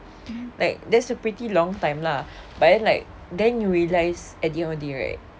like that's a pretty long time lah but then like then you realise at the end already right